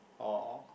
or or